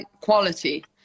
quality